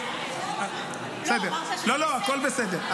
לא --- בסדר, לא לא, הכול בסדר.